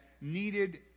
needed